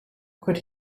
could